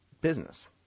business